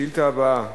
השאילתא הבאה,